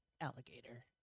alligator